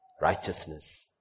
righteousness